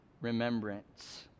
remembrance